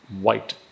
white